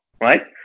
right